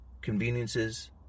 conveniences